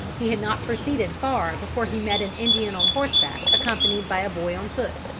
he had not proceeded far before he met an indian on horseback accompanied by a boy on foot.